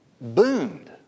boomed